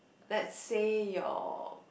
let's say your